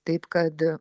taip kad